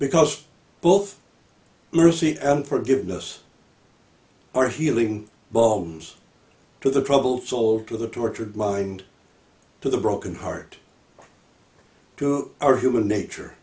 because both mercy and forgiveness are healing bombs to the troubled soul to the tortured mind to the broken heart to our human nature